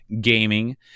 gaming